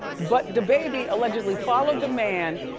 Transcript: but dababy allegedly followed the man,